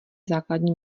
základní